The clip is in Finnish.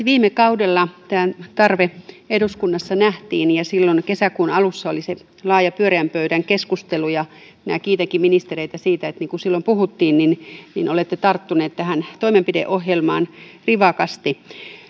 viime kaudella tämä tarve eduskunnassa nähtiin ja silloin kesäkuun alussa oli se laaja pyöreän pöydän keskustelu ja kiitänkin ministereitä siitä että niin kuin silloin puhuttiin olette tarttuneet tähän toimenpideohjelmaan rivakasti